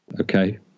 Okay